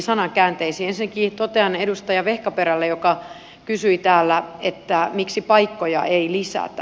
ensinnäkin totean edustaja vehkaperälle joka kysyi täällä miksi paikkoja ei lisätä